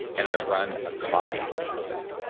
and i run a coffee company,